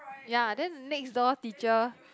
ya then next door teacher